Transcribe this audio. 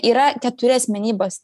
yra keturi asmenybės